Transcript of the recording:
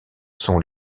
sont